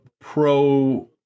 pro